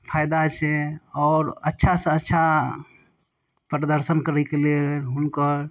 फायदा छै आओर अच्छासँ अच्छा प्रदर्शन करैके लेल हुनकर